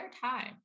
time